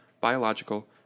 biological